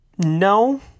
No